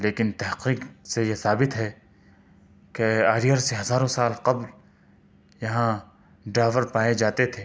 لیکن تحقیق سے یہ ثابت ہے کہ آریہ سے ہزاروں سال قبل یہاں ڈراوڈ پائے جاتے تھے